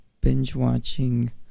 binge-watching